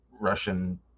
Russian